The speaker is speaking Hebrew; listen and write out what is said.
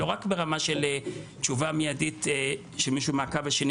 לא רק ברמה של תשובה מיידית שמישהו בקו השני